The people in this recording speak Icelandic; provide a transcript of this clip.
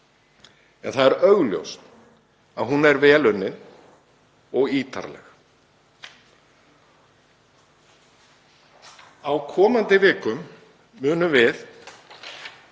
en það er augljóst að hún er vel unnin og ítarleg. Á komandi vikum munum við